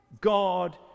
God